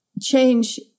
change